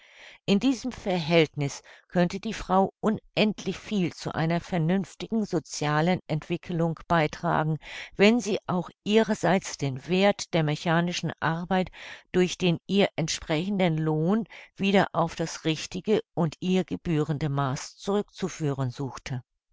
in diesem verhältniß könnte die frau unendlich viel zu einer vernünftigen socialen entwickelung beitragen wenn sie auch ihrerseits den werth der mechanischen arbeit durch den ihr entsprechenden lohn wieder auf das richtige und ihr gebührende maß zurückzuführen suchte